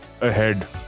ahead